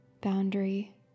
boundary